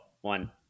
one